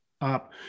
up